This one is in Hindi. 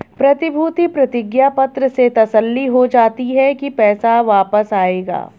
प्रतिभूति प्रतिज्ञा पत्र से तसल्ली हो जाती है की पैसा वापस आएगा